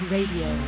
Radio